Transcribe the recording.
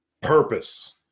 purpose